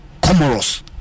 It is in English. Comoros